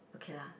okay lah